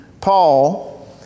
Paul